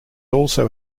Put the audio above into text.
also